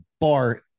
bar